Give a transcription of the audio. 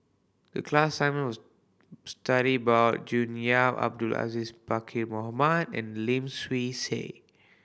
the class assignment was study about June Yap Abdul Aziz Pakkeer Mohamed and Lim Swee Say